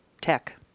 tech